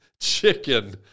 chicken